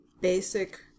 basic